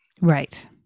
Right